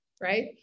right